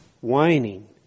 Whining